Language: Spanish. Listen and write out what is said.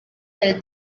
del